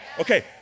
okay